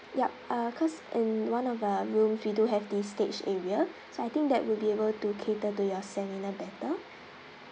yup uh cause in one of the rooms we do have this stage area so I think that will be able to cater to your seminar better